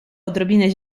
odrobinę